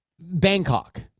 Bangkok